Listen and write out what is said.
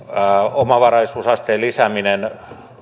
omavaraisuusasteen lisääminen